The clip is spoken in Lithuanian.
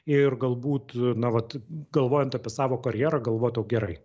ir galbūt na vat galvojant apie savo karjerą galvot jau gerai